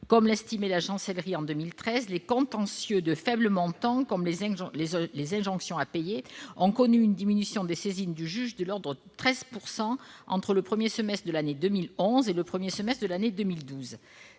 Comme l'estimait la Chancellerie en 2013, « les contentieux de faible montant, comme les injonctions de payer, ont connu une diminution des saisines du juge de l'ordre de 13 % entre le premier semestre de l'année 2011 et le premier semestre de l'année 2012.